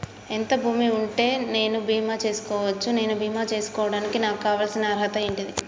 ఎంత భూమి ఉంటే నేను బీమా చేసుకోవచ్చు? నేను బీమా చేసుకోవడానికి నాకు కావాల్సిన అర్హత ఏంటిది?